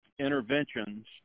interventions